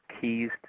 Keys